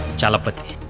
chalapathi.